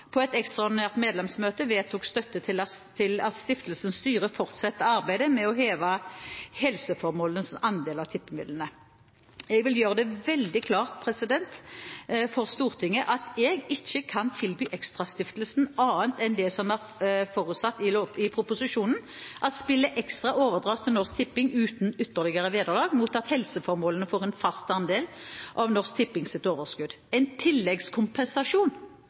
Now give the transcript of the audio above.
på et ekstraordinært medlemsmøte vedtok støtte til at stiftelsens styre fortsetter arbeidet med å heve helseformålenes andel av tippemidlene. Jeg vil gjøre det veldig klart for Stortinget at jeg ikke kan tilby ExtraStiftelsen annet enn det som er forutsatt i proposisjonen – at spillet Extra overdras til Norsk Tipping uten ytterligere vederlag mot at helseformålene får en fast andel av Norsk Tippings overskudd. En tilleggskompensasjon